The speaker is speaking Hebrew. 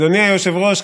אדוני היושב-ראש,